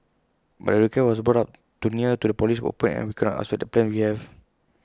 but the request was brought up too near to the polish open and we cannot upset the plans we have